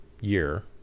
year